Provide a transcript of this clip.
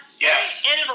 Yes